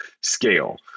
scale